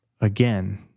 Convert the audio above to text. again